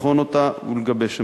לבחון אותה ולגבש עמדה.